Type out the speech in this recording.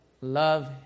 love